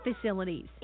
facilities